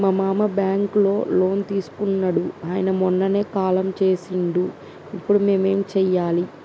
మా మామ బ్యాంక్ లో లోన్ తీసుకున్నడు అయిన మొన్ననే కాలం చేసిండు ఇప్పుడు మేం ఏం చేయాలి?